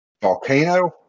volcano